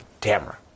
Tamara